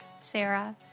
Sarah